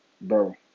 bro